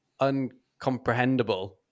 uncomprehendable